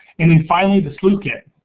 and then finally the sleuth kit.